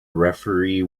referee